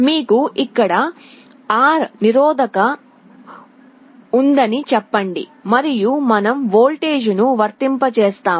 మీకు ఇక్కడ R నిరోధకత ఉందని చెప్పండి మరియు మనం వోల్టేజ్ను వర్తింపజేస్తాము